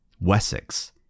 Wessex